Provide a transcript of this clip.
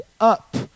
up